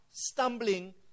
Stumbling